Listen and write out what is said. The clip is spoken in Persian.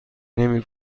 نمی